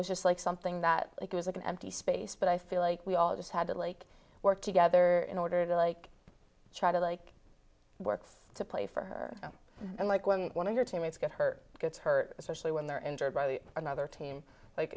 was just like something that it was like an empty space but i feel like we all just had to like work together in order to like try to like work to play for her and like when one of your teammates got her gets hurt especially when they're injured by the another te